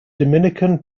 dominican